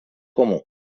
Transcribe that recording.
comú